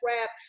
wrap